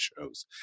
shows